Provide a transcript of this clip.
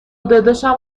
داداشم